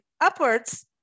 upwards